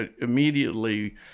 immediately